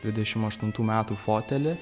dvidešim aštuntų metų fotelį